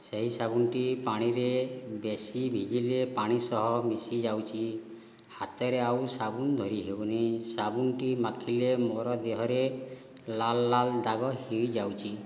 ସେହି ସାବୁନଟି ପାଣିରେ ବେଶି ଭିଜିଲେ ପାଣି ସହ ମିଶି ଯାଉଛି ହାତରେ ଆଉ ସାବୁନ ଧରି ହେଉନାହିଁ ସାବୁନଟି ମାଖିଲେ ମୋର ଦେହରେ ଲାଲ୍ ଲାଲ୍ ଦାଗ ହୋଇଯାଉଛି